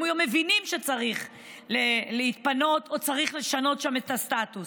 הם גם מבינים שצריך להתפנות או שצריך לשנות שם את הסטטוס,